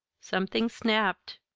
something snapped,